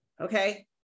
okay